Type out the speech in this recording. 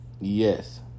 Yes